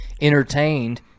entertained